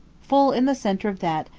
full in the centre of that,